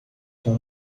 com